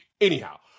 Anyhow